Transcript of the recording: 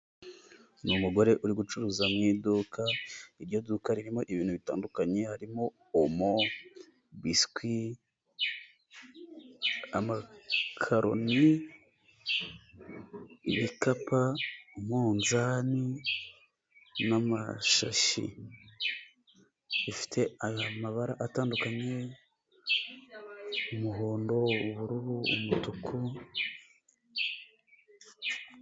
Ni umugore uri gucuruza mu iduka, iryo duka ririmo ibintu bitandukanye, harimo omo, biswi, amakaroni, ibikapa umunzani, n'amashashi, bifite amabara atandukanye umuhondo, ubururu, umutuku.